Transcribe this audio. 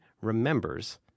remembers